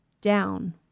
down